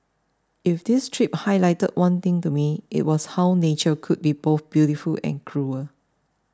if this trip highlighted one thing to me it was how nature could be both beautiful and cruel